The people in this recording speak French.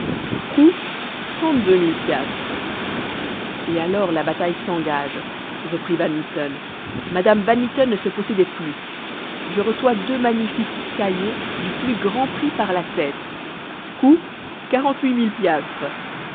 trente-deux mille piastres et alors la bataille s'engage reprit van mitten madame van mitten ne se possédait plus je reçois deux magnifiques caïeux du plus grand prix par la tête coût quarante-huit mille piastres